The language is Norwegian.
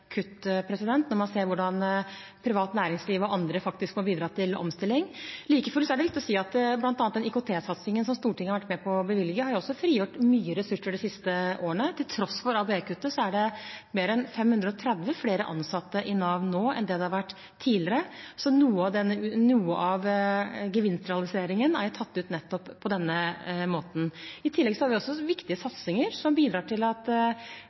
kutt når man ser hvordan privat næringsliv og andre faktisk må bidra til omstilling. Like fullt er det viktig å si at bl.a. IKT-satsingen som Stortinget har vært med på å bevilge til, også har frigjort mye ressurser de siste årene. Til tross for ABE-kuttet er det mer enn 530 flere ansatte i Nav nå enn det har vært tidligere. Noe av gevinstrealiseringen er tatt ut på nettopp denne måten. I tillegg har vi også viktige satsinger som bidrar til at